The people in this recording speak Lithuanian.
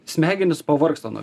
smegenys pavargsta nuo